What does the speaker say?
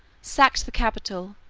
sacked the capitol,